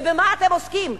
ובמה אתם עוסקים?